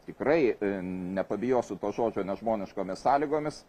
tikrai nepabijosiu to žodžio nežmoniškomis sąlygomis